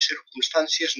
circumstàncies